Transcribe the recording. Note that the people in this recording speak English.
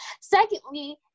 Secondly